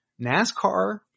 NASCAR